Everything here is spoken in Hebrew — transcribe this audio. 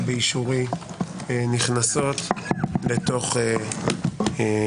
שבאישורי נכנסות ללו"ז,